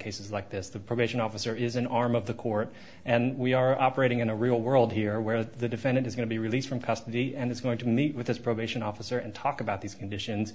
cases like this the probation officer is an arm of the court and we are operating in a real world here where the defendant is going to be released from custody and is going to meet with his probation officer and talk about these conditions